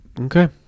Okay